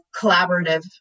collaborative